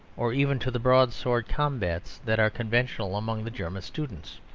or even to the broadsword combats that are conventional among the german students.